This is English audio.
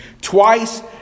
Twice